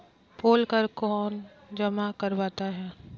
पोल कर कौन जमा करवाता है?